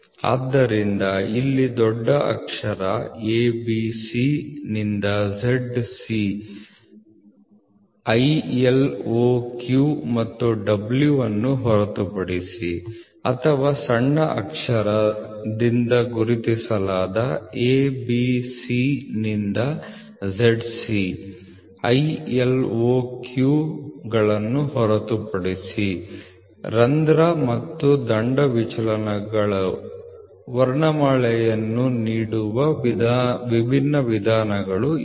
ಆದ್ದರಿಂದ ಇಲ್ಲಿ ದೊಡ್ಡ ಅಕ್ಷರ A B C ನಿಂದ ZC I L O Q ಮತ್ತು W ಹೊರತುಪಡಿಸಿ ಅಥವಾ ಸಣ್ಣ ಅಕ್ಷರದಿಂದ ಗುರುತಿಸಲಾದ a b c ನಿಂದ zc i l o q ಹೊರತುಪಡಿಸಿ ಗೆ ರಂಧ್ರ ಮತ್ತು ಶಾಫ್ಟ್ ವಿಚಲನಗಳಿಗೆ ವರ್ಣಮಾಲೆಗಳನ್ನು ನೀಡುವ ವಿಭಿನ್ನ ವಿಧಾನಗಳು ಇವು